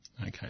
Okay